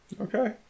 Okay